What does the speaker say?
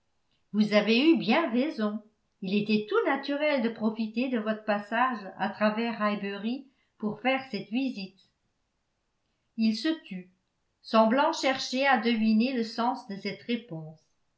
vous avez eu bien raison il était tout naturel de profiter de votre passage à travers highbury pour faire cette visite il se tut semblant chercher à deviner le sens de cette réponse